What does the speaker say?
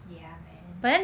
ya man